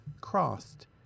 crossed